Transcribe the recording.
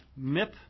mip